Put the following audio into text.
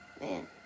man